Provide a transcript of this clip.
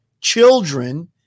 Children